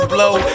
Blow